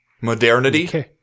Modernity